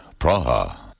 Praha